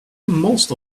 most